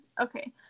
Okay